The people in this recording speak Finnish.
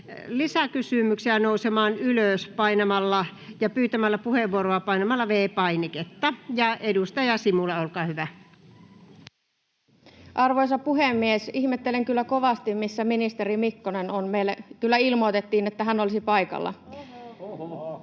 lisäkysymyksiä, nousemaan ylös ja pyytämään puheenvuoroa painamalla V-painiketta. — Ja edustaja Simula, olkaa hyvä. Arvoisa puhemies! Ihmettelen kyllä kovasti, missä ministeri Mikkonen on. Meille kyllä ilmoitettiin, että hän olisi paikalla.